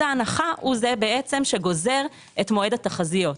ההנחה הוא זה שגוזר את מועד התחזיות.